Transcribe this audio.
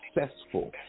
successful